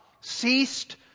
ceased